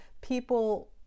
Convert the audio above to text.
people